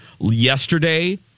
yesterday